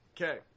Okay